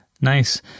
Nice